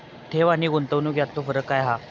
ठेव आनी गुंतवणूक यातलो फरक काय हा?